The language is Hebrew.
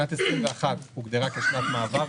שנת 2021 הוגדרה כשנת מעבר,